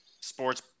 sports